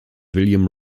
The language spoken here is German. william